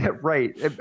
Right